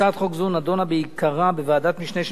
הצעת חוק זו נדונה בעיקרה בוועדת המשנה של